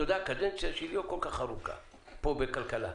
והקדנציה שלי לא כל כך ארוכה פה בכלכלה.